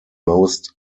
most